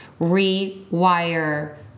rewire